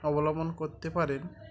অবলম্বন করতে পারেন